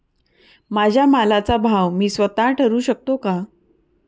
माझ्या मालाचा भाव मी स्वत: ठरवू शकते का?